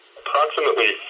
approximately